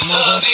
مگر